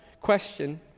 question